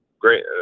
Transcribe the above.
Great